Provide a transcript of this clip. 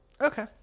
Okay